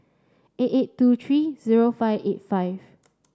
eight eight two three zero five eight five